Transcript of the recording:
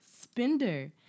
spender